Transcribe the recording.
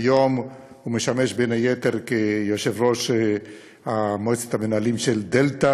כיום הוא משמש בין היתר כיושב-ראש מועצת המנהלים של "דלתא",